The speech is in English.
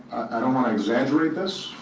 i don't wanna exaggerate this,